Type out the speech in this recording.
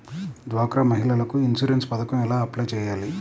డ్వాక్రా మహిళలకు ఇన్సూరెన్స్ పథకం ఎలా అప్లై చెయ్యాలి?